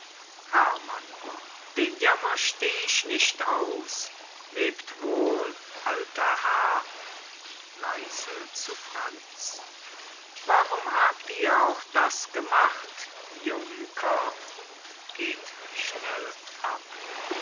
herrmann den jammer steh ich nicht aus lebt wohl alter herr leise zu franz warum habt ihr auch das gemacht junker